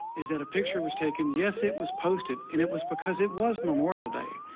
is that a picture was taken, yes, it was posted. and it was because it was memorial day.